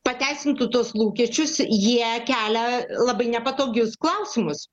pateisintų tuos lūkesčius jie kelia labai nepatogius klausimus